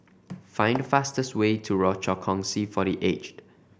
find the fastest way to Rochor Kongsi for The Aged